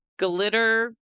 glitter